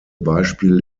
beispiel